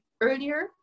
earlier